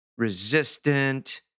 resistant